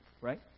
right